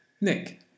Nick